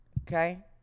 Okay